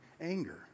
anger